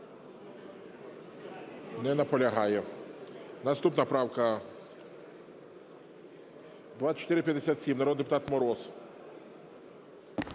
Не наполягає. Наступна правка - 2457, народний депутат Мороз.